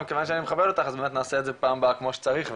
מכיוון שאני מכבד אותך נעשה את זה בפעם הבאה כמו שצריך.